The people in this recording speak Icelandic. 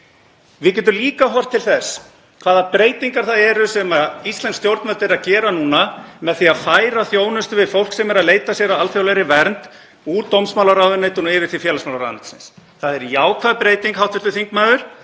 Við getum líka horft til þess hvaða breytingar það eru sem íslensk stjórnvöld eru að gera núna með því að færa þjónustu við fólk sem er að leita sér að alþjóðlegri vernd úr dómsmálaráðuneytinu og yfir til félagsmálaráðuneytisins. Það er jákvæð breyting, hv. þingmaður.